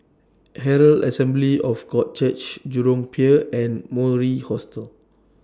Herald Assembly of God Church Jurong Pier and Mori Hostel